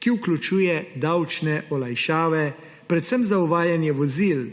ki vključuje davčne olajšave, predvsem za uvajanje vozil,